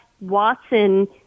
Watson